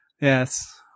yes